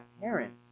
parents